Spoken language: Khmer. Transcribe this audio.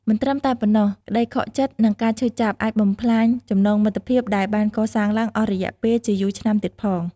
មិនត្រឹមតែប៉ុណ្ណោះ ក្ដីខកចិត្ត និងការឈឺចាប់អាចបំផ្លាញចំណងមិត្តភាពដែលបានកសាងឡើងអស់រយៈពេលជាយូរឆ្នាំទៀតផង។